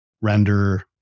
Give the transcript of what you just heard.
render